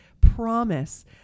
promise